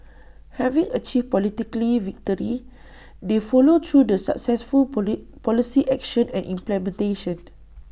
having achieved politically victory they followed through the successful poly policy action and implementation